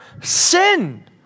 sin